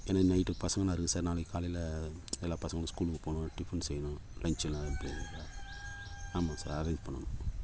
எனக்கு நைட்டு பசங்களாம் இருக்குது சார் நாளைக்கு காலையில் எல்லா பசங்களும் ஸ்கூலுக்கு போகணும் டிஃபன் செய்யணும் லஞ்ச் எல்லாம் எப்படி ஆமாங்க சார் அரேஞ்ச் பண்ணணும்